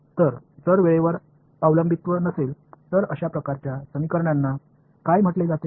तर जर वेळेवर अवलंबित्व नसेल तर अशा प्रकारच्या समीकरणांना काय म्हटले जाते